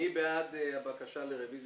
מי בעד קבלת הרביזיה?